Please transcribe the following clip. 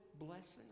blessing